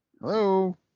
Hello